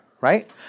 right